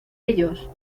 ellos